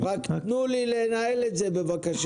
רק תנו לי לנהל את זה בבקשה.